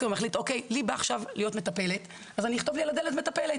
ומחליט שבא לו לטפל יכתוב לו על הדלת מטפל.